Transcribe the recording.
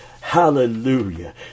Hallelujah